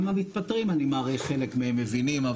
גם המתפטרים אני מעריך חלק מהם מבינים,